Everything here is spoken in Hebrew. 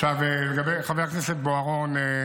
עכשיו, לגבי חבר הכנסת בוארון,